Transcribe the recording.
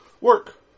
Work